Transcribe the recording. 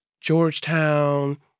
Georgetown